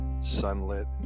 sunlit